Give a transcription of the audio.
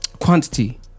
quantity